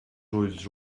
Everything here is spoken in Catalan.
ulls